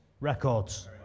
records